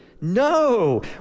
No